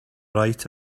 right